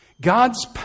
God's